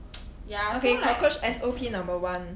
okay cockroach S_O_P number one